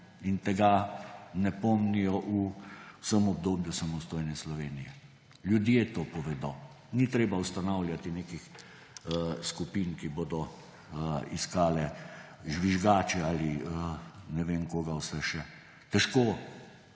in tega ne pomnijo v vsem obdobju samostojne Slovenije. Ljudje to povedo. Ni treba ustanavljati nekih skupin, ki bodo iskale žvižgače ali ne vem koga vse še. Težko